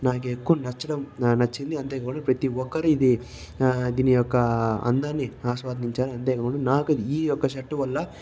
నాకు ఎక్కువ నచ్చడం నచ్చింది అంతేకాకుండా ప్రతి ఒక్కరూ ఇది దీని యొక్క అందాన్ని ఆస్వాదించారు అంతేకాకుండా నాకు ఈ యొక్క షర్టు వల్ల